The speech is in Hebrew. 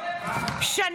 מה?